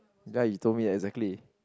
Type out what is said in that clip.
ya you told me exactly